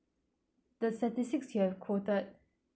the statistics you have quoted